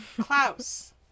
Klaus